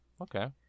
Okay